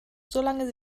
solange